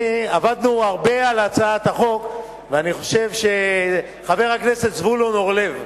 עבדנו הרבה על הצעת החוק, חבר הכנסת זבולון אורלב,